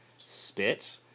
spit